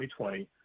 2020